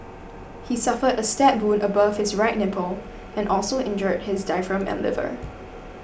he suffered a stab wound above his right nipple and also injured his diaphragm and liver